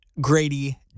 grady